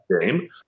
game